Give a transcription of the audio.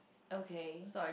okay